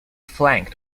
flanked